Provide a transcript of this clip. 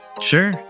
sure